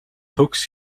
төгс